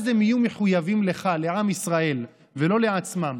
אז הם יהיו מחויבים לך, לעם ישראל ולא לעצמם.